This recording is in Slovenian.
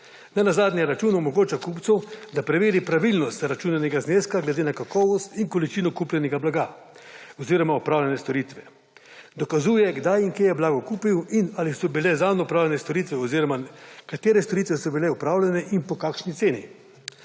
Nenazadnje račun omogoča kupcu, da preveri pravilnost zaračunanega zneska glede na kakovost in količino kupljenega blaga oziroma opravljene storitve. Dokazuje, kdaj in kje je blago kupil in ali so bile zanj opravljene storitve oziroma katere storitve so bile opravljene in po kakšni ceni.